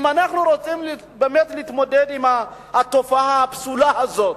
אם אנחנו רוצים להתמודד עם התופעה הפסולה הזאת,